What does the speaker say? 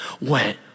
went